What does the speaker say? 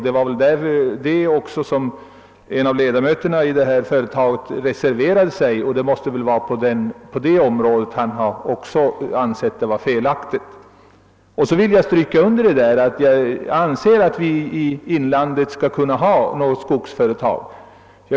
Det var väl också av denna anledning som en av ledamöterna av företagets styrelse reserverade sig — han måste ha ansett att man handlade felaktigt. Jag understryker att jag anser att vi i inlandet skall kunna ha en del skogsföretag.